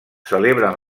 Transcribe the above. celebren